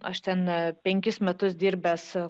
aš ten penkis metus dirbęs